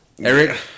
Eric